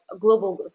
Global